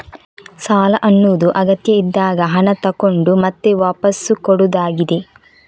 ಸಾಲ ಅನ್ನುದು ಅಗತ್ಯ ಇದ್ದಾಗ ಹಣ ತಗೊಂಡು ಮತ್ತೆ ವಾಪಸ್ಸು ಕೊಡುದಾಗಿದೆ